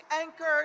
anchored